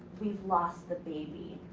we've lost the baby.